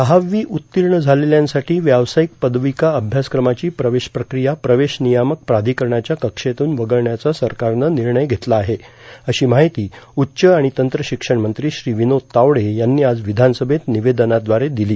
दहावी उत्तीर्ण झालेल्यांसाठी व्यावसायिक पदविका अभ्यासक्रमाची प्रवेशप्रक्रिया प्रवेश नियामक प्राधिकरणाच्या कक्षेतून वगळण्याचा सरकारनं निर्णय घेतला आहे अशी माहिती उच्च आणि तंत्र शिक्षण मंत्री श्री विनोद तावडे यांनी आज विधानसभेत निवेदनाद्वारे दिली